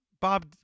Bob